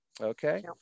okay